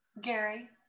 Gary